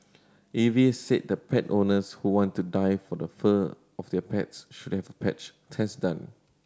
A V A said the pet owners who want to dye for the fur of their pets should have a patch test done